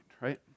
right